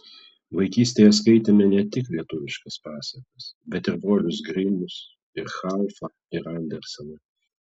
vaikystėje skaitėme ne tik lietuviškas pasakas bet ir brolius grimus ir haufą ir anderseną